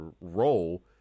role